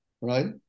right